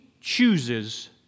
chooses